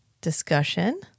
discussion